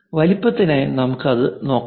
വലുപ്പത്തിനായി നമുക്ക് അത് നോക്കാം